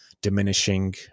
diminishing